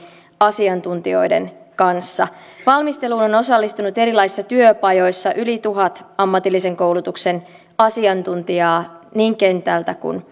asiantuntijoiden kanssa valmisteluun on on osallistunut erilaisissa työpajoissa yli tuhat ammatillisen koulutuksen asiantuntijaa niin kentältä